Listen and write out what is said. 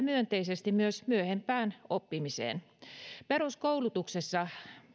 myönteisesti myös myöhempään oppimiseen peruskoulutuksessa